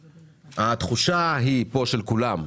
התחושה פה של כולם,